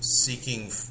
seeking